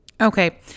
Okay